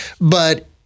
But-